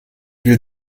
will